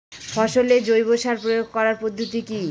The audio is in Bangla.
ফসলে জৈব সার প্রয়োগ করার পদ্ধতি কি?